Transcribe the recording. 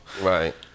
right